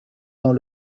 dans